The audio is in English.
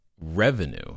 revenue